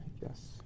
Yes